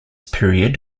period